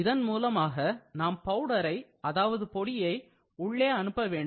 இதன் மூலமாக நாம் பவுடரை அதாவது பொடியை உள்ளே அனுப்ப வேண்டும்